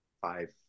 five